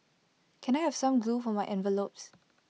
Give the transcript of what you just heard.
can I have some glue for my envelopes